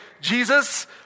Jesus